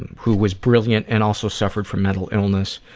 and who was brilliant and also suffered from mental illness.